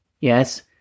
Yes